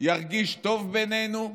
ירגיש טוב בינינו?